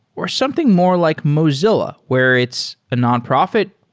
or something more like mozi lla, where it's a nonprofit,